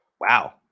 wow